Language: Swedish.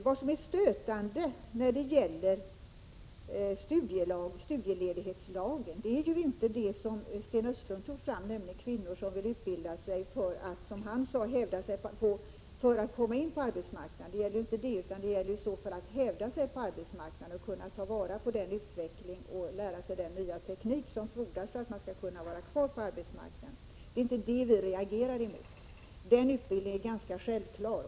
Det som är stötande när det gäller studieledighetslagen är inte det som Sten Östlund tog fram, nämligen kvinnor som vill utbilda sig för att, som han sade, hävda sig för att kunna komma in på arbetsmarknaden. Det gäller inte det, utan det gäller snarare att hävda sig på arbetsmarknaden, och ta till vara utvecklingen och lära sig den nya tekniken, vilket fordras för att man skall — Prot. 1986/87:32 kunna vara kvar på arbetsmarknaden. Det är inte det vi reagerar mot. Den 20 november 1986 utbildningen är ganska självklar.